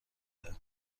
بوده